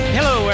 Hello